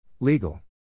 Legal